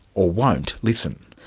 or won't, listen.